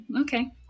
Okay